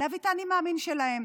להביא את האני-מאמין שלהם.